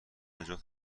جات